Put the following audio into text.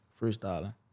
freestyling